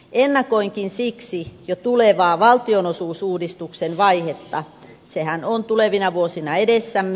ennakoinkin siksi jo tulevaa valtionosuusuudistuksen vaihetta sehän on tulevina vuosina edessämme